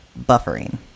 buffering